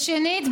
שנית,